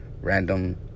Random